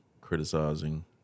criticizing